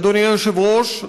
אדוני היושב-ראש,